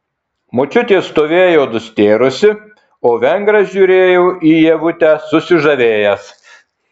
močiutė stovėjo nustėrusi o vengras žiūrėjo į ievutę susižavėjęs